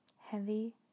Heavy